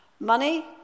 Money